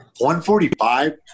145